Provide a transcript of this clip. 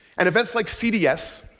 and events like cds,